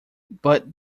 but